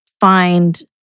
find